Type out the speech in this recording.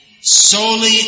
solely